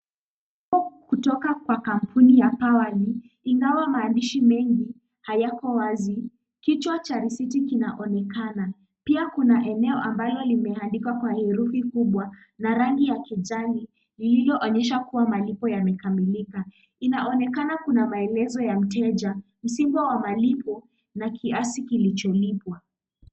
Tangazo kutoka ingawa kutoka kwa kampuni ya Powerli, ingawa maandishi mengi hayako wazi. Kichwa cha risiti kinaonekana, pia kuna neno ambalo limeandikwa kwa herufi kubwa na rangi ya kijani, lililoonyesha kuwa malipo yamekamilika. Inaonekana kuna maelezo ya mteja, msimbo wa malipo, na kiasi kilicholipwa.